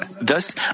Thus